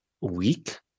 week